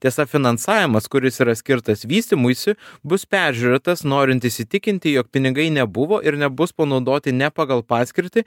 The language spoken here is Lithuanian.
tiesa finansavimas kuris yra skirtas vystymuisi bus peržiūrėtas norint įsitikinti jog pinigai nebuvo ir nebus panaudoti ne pagal paskirtį